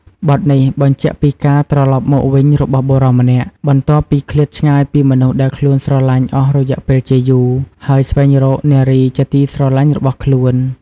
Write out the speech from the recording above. បទនេះបញ្ចាក់ពីការត្រឡប់មកវិញរបស់បុរសម្នាក់ បន្ទាប់ពីឃ្លាតឆ្ងាយពីមនុស្សដែលខ្លួនស្រលាញ់អស់រយៈពេលជាយូរ ហើយស្វែងរកនារីជាទីស្រឡាញ់របស់ខ្លួន។